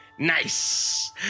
Nice